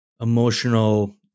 emotional